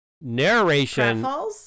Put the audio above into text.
narration